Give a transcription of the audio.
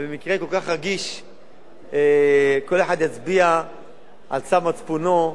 ובמקרה כל כך רגיש כל אחד יצביע לפי צו מצפונו,